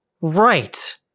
Right